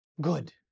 good